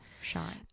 shine